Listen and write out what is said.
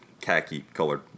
khaki-colored